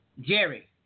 Jerry